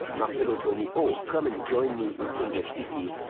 marcelo told me, oh, come and join me in kansas city,